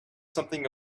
something